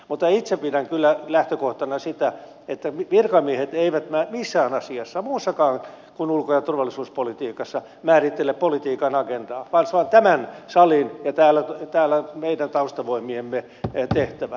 mutta itse pidän kyllä lähtökohtana sitä että virkamiehet eivät missään asiassa muussakaan kuin ulko ja turvallisuuspolitiikassa määrittele politiikan agendaa vaan se on tämän salin ja täällä meidän taustavoimiemme tehtävä